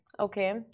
Okay